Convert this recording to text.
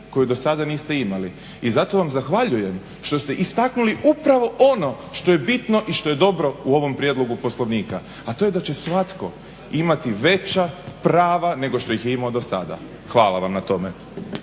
koju do sada niste imali i zato vam zahvaljujem što ste istaknuli upravo ono što je bitno i što je dobro u ovom prijedlogu Poslovnika, a to je da će svatko imati veća prava nego što ih je imao do sada. Hvala vam na tome.